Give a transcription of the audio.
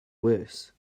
worse